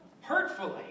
hurtfully